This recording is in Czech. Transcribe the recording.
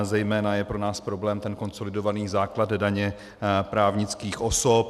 Zejména je pro nás problém ten konsolidovaný základ daně právnických osob.